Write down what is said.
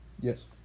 Yes